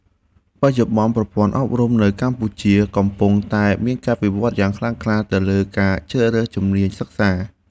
បច្ចុប្បន្ន ប្រព័ន្ធអប់រំនៅកម្ពុជាកំពុងតែមានការវិវត្តយ៉ាងខ្លាំងក្លាទៅលើការជ្រើសរើសជំនាញសិក្សា។